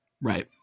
Right